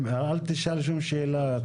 אל תשאל שום שאלה,